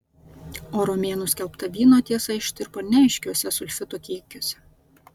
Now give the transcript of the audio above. o romėnų skelbta vyno tiesa ištirpo neaiškiuose sulfitų kiekiuose